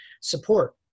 support